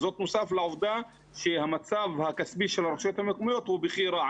בנוסף לעובדה שהמצב הכספי של הרשויות המקומיות הוא בכי רע.